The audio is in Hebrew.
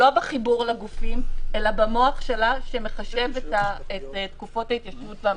לא בחיבור לגופים אלא במוח שלה שמחשב את תקופות ההתיישנות והמחיקה.